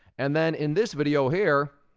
and then in this video here,